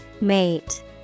Mate